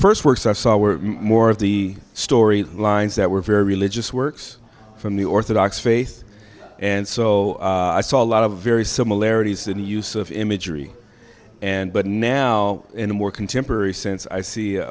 first works i saw were more of the story lines that were very religious works from the orthodox faith and so i saw a lot of very similarities in the use of imagery and but now in a more contemporary sense i see